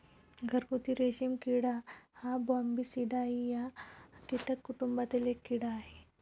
घरगुती रेशीम किडा हा बॉम्बीसिडाई या कीटक कुटुंबातील एक कीड़ा आहे